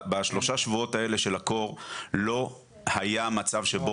בשלושה שבועות האלה של הקור לא היה מצב שבו